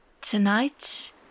Tonight